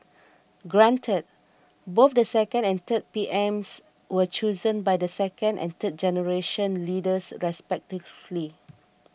granted both the second and third P M S were chosen by the second and third generation leaders respectively